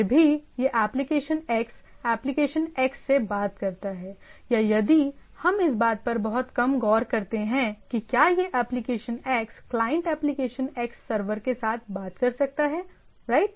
फिर भी यह एप्लीकेशन X एप्लीकेशन X से बात करता है या यदि हम इस बात पर बहुत कम गौर करते हैं कि क्या यह application X client application X server के साथ बात कर सकता है राइट